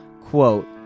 quote